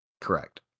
Correct